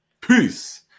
Peace